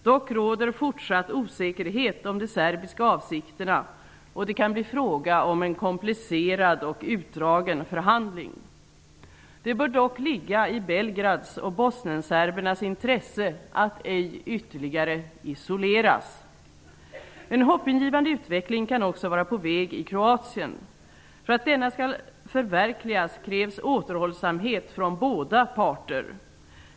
Dock råder fortsatt osäkerhet om de serbiska avsikterna, och det kan bli fråga om en komplicerad och utdragen förhandling. Det bör dock ligga i Belgrads och bosnienserbernas intresse att ej ytterligare isoleras. En hoppingivande utveckling kan också vara på väg i Kroatien. För att denna skall förverkligas krävs återhållsamhet från båda parter.